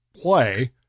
play